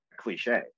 cliche